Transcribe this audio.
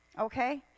okay